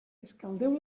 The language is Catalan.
escaldeu